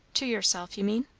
to yourself, you mean?